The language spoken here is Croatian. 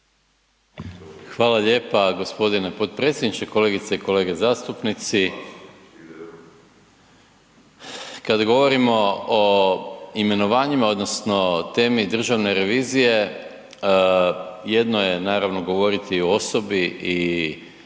Hvala lijepa gospodine potpredsjedniče. Kolegice i kolege zastupnici, kad govorimo o imenovanjima odnosno o temi državne revizije jedno je naravno govoriti o osobi i